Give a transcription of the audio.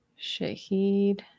Shahid